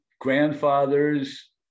grandfathers